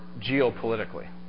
geopolitically